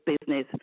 business